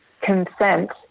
consent